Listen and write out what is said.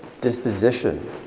disposition